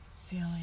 feeling